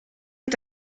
est